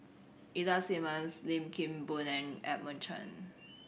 Ida Simmons Lim Kim Boon and Edmund Cheng